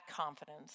confidence